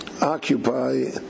occupy